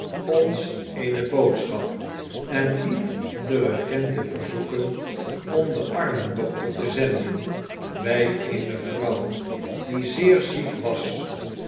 ons eene boodschap en liet de regenten verzoeken om den armendokter te zenden bij eene vrouw die zeer ziek was